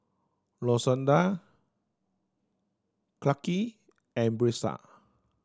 Lashonda Clarke and Brisa